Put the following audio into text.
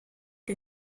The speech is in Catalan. que